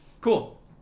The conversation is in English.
Cool